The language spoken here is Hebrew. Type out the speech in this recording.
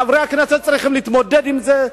חברי הכנסת צריכים להתמודד עם זה,